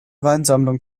weinsammlung